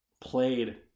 played